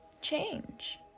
change